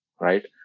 right